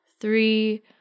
three